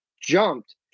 jumped